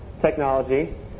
technology